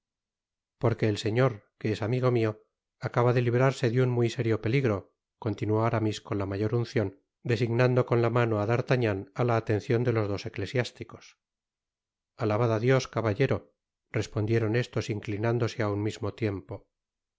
porque el señor que es amigo mio acaba de librarse de un muy serio peligro continuó aramis con la mayor uncion designando con la mano á d'artagnan á ta atencion de los dos eclesiásticos alabad á dios caballero respondieron estos inclinándose á un mismo tiempo